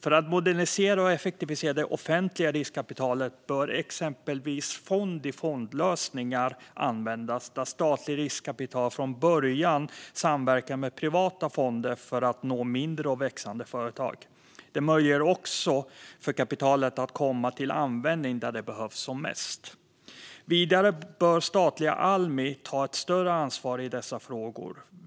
För att modernisera och effektivisera det offentliga riskkapitalet bör exempelvis fond-i-fond-lösningar användas, där statligt riskkapital från början samverkar med privata fonder för att nå mindre och växande företag. Det möjliggör också för kapitalet att komma till användning där det behövs som mest. Vidare bör statliga Almi ta ett större ansvar i dessa frågor.